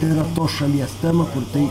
yra tos šalies tema kur tai